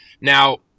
Now